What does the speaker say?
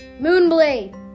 Moonblade